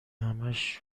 همش